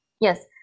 Yes